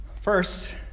First